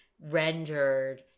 rendered